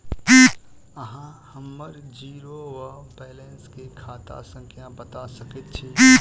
अहाँ हम्मर जीरो वा बैलेंस केँ खाता संख्या बता सकैत छी?